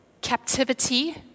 captivity